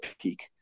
peak